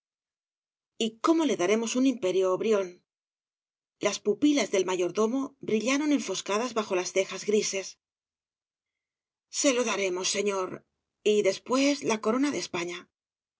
y cómo le daremos un imperio brión las pupilas del mayordomo brillaron enfoscadas bajo las cejas grises le obras devalle inclan se lo daremos señor y después la corona de españa